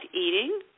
eating